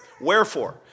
wherefore